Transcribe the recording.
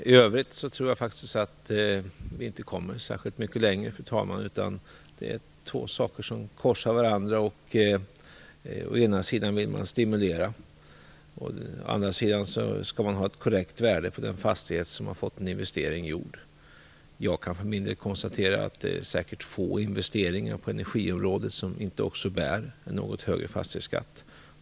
I övrigt tror jag faktiskt inte att vi kommer särskilt mycket längre, utan det är två intressen som korsar varandra. Å ena sidan vill man stimulera, å andra sidan skall man ha ett korrekt värde på den fastighet där en investering gjorts. Jag kan för min del konstatera att det är säkert få investeringar på energiområdet som inte innebär en något högre fastighetsskatt.